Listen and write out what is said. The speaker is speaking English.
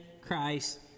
Christ